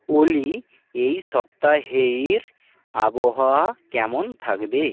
অলি এই সপ্তাহের আবহাওয়া কেমন থাকবে